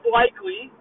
likely